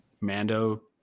Mando